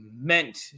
meant